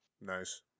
Nice